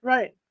Right